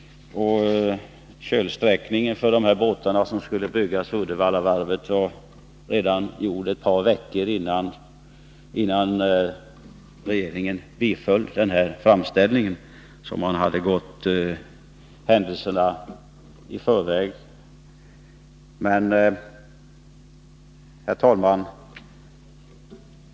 Och kölsträckningen för de båtar som skall byggas vid Uddevallavarvet var gjord redan ett par veckor innan regeringen biföll framställningen — man hade gått händelserna i förväg. Herr talman!